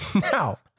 Now